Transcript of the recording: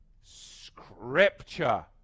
Scripture